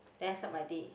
then I start my day